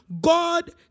God